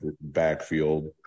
backfield